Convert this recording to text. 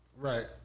right